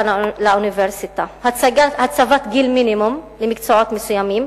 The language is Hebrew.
לאוניברסיטה: הצבת גיל מינימום למקצועות מסוימים,